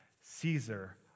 Caesar